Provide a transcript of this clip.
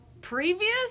previous